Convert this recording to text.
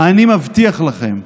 ואני מבטיח לכם,